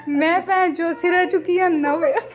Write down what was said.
में भैन चोद सिरै चुक्कियै आह्नना पेआ